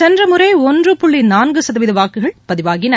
சென்ற முறை ஒன்று புள்ளி நான்கு சதவீத வாக்குகள் பதிவாகின